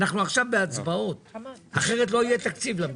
אנחנו עכשיו בהצבעות כי אחרת לא יהיה תקציב למדינה.